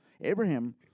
Abraham